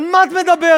על מה את מדברת?